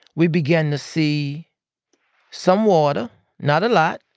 we begin to see some water not a lot.